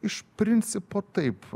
iš principo taip